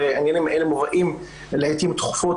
ועניינים אלה מובאים לעתים תכופות